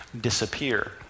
disappear